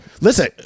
listen